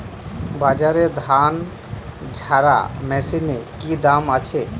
বাজারে ধান ঝারা মেশিনের কি দাম আছে?